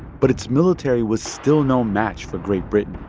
but its military was still no match for great britain.